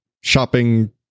shopping